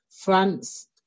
france